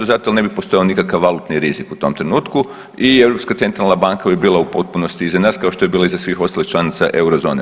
Zato jel ne bi postojao nikakav valutni rizik u tom trenutku i Europska centralna banka bi bila u potpunosti iza nas kao što je bila iza svih ostalih članica Eurozone.